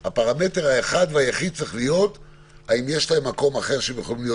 הפרמטר האחד והיחיד צריך להיות האם יש להם מקום אחר שהם יכולים להיות